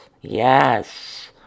Yes